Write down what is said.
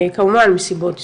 כמובן, מסיבות היסטוריות,